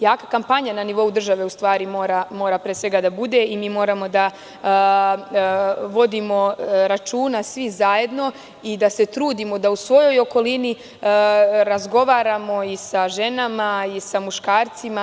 Jaka kampanja na nivou države mora da bude i moramo da vodimo računa svi zajedno i da se trudimo da u svojoj okolini razgovaramo i sa ženama i sa muškarcima.